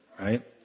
right